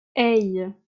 hey